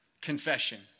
confession